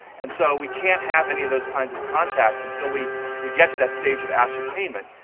and so we can't have any of those kinds of contacts until we we get to that stage of ascertainment.